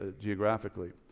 geographically